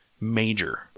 major